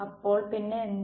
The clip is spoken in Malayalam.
അപ്പോൾ പിന്നെ എന്ത്